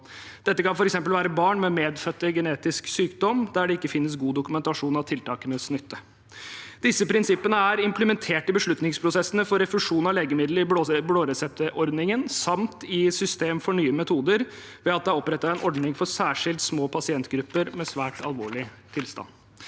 Dette kan f.eks. være barn med medfødt genetisk sykdom der det ikke finnes god dokumentasjon av tiltakenes nytte. Disse prinsippene er implementert i beslutningsprosessene for refusjon av legemidler i blåreseptordningen samt i system for Nye metoder, ved at det er opprettet en ordning for særskilt små pasientgrupper med svært alvorlig tilstand.